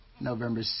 November